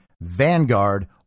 Vanguard